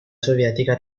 sovietica